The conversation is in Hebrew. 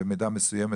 במידה מסוימת,